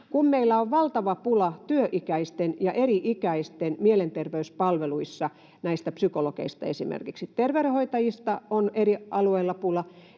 Kun meillä on valtava pula työikäisten ja eri-ikäisten mielenterveyspalveluissa näistä psykologeista esimerkiksi ja terveydenhoitajista on eri alueilla pula,